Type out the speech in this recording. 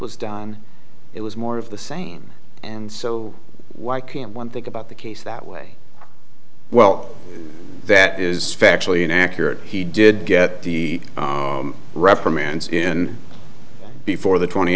was done it was more of the same and so why can't one think about the case that way well that is factually inaccurate he did get the reprimands in before the twenty